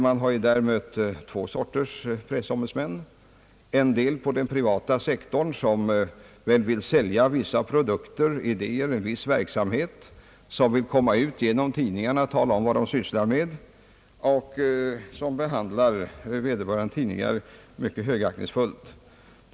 Jag har där mött två sorters pressombudsmän. Pressombudsmännen på den privata sektorn vill sälja vissa produkter, idéer eller en viss verksamhet. De vill komma ut genom tidningarna och tala om vad de sysslar med, och de behandlar vederbörande tidningar mycket högaktningsfullt.